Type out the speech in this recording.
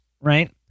right